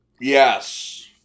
Yes